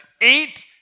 eight